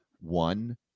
one